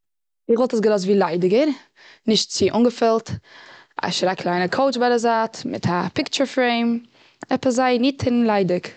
איך וואלט עס געלאזט ווי ליידיגער. נישט צו אנגעפילט. אפשר א קליינע קאוטש ביי די זייט, מיט א פיקטשער פרעים. עפעס זייער ניט און ליידיג.